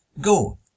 Go